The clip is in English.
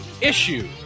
issue